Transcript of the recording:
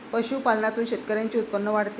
पशुपालनातून शेतकऱ्यांचे उत्पन्न वाढते